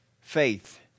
faith